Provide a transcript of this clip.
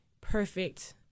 perfect